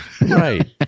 right